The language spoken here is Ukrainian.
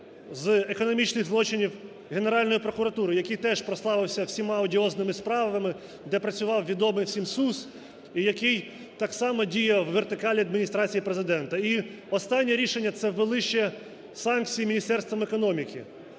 з економічних злочинів Генеральної прокуратури, який теж прославився всіма одіозними справами, де працював відомий всім Сус, і який так само діяв у вертикалі Адміністрації Президента. І останнє рішення – це ввели ще санкції Міністерством економіки.